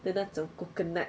的那种 coconut